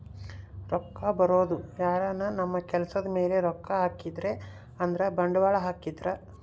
ರೊಕ್ಕ ಬರೋದು ಯಾರನ ನಮ್ ಕೆಲ್ಸದ್ ಮೇಲೆ ರೊಕ್ಕ ಹಾಕಿದ್ರೆ ಅಂದ್ರ ಬಂಡವಾಳ ಹಾಕಿದ್ರ